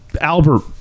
Albert